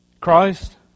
Christ